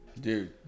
dude